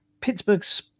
Pittsburgh's